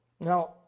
Now